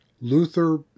Luther